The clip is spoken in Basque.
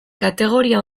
kategoria